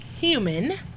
human